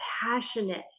passionate